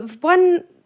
One